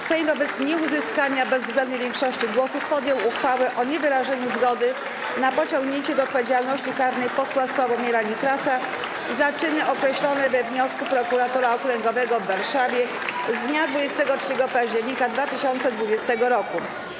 Sejm wobec nieuzyskania bezwzględnej większości głosów podjął uchwałę o niewyrażeniu zgody na pociągnięcie do odpowiedzialności karnej posła Sławomira Nitrasa za czyny określone we wniosku Prokuratora Okręgowego w Warszawie z dnia 23 października 2020 r.